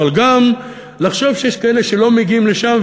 אבל גם לחשוב שיש כאלה שלא מגיעים לשם,